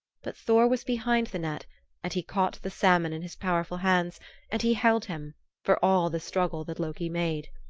but thor was behind the net and he caught the salmon in his powerful hands and he held him for all the struggle that loki made.